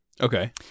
okay